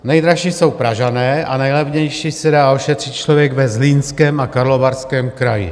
Nejdražší jsou Pražané a nejlevněji se dá ošetřit člověk ve Zlínském a Karlovarském kraji.